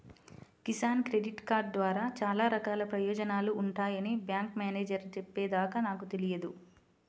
Kisan credit card ద్వారా చాలా రకాల ప్రయోజనాలు ఉంటాయని బ్యాంకు మేనేజేరు చెప్పే దాకా నాకు తెలియదు